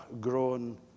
grown